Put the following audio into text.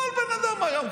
כל בן אדם היום,